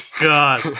god